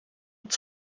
het